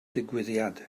digwyddiad